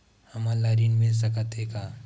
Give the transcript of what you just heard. हमन ला ऋण मिल सकत हे का?